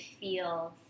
feel